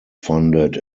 funded